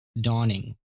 dawning